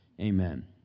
amen